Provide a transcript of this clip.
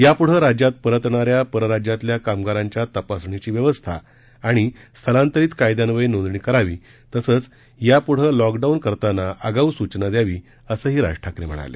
याप्ढं राज्यात परतणाऱ्या परराज्यातल्या कामगारांच्या तपासणीची व्यवस्था आणि स्थलांतरित कायद्यान्वये नोंदणी करावी तसेच याप्ढे लॉकडाऊन करतांना आगाऊ सूचना द्यावी असंही राज ठाकरे म्हणाले